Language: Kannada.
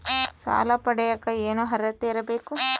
ಸಾಲ ಪಡಿಯಕ ಏನು ಅರ್ಹತೆ ಇರಬೇಕು?